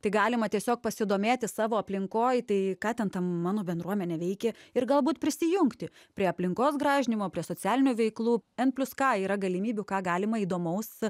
tai galima tiesiog pasidomėti savo aplinkoj tai ką ten ta mano bendruomenė veikė ir galbūt prisijungti prie aplinkos gražinimo prie socialinių veiklų n plius k yra galimybių ką galima įdomaus